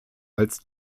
als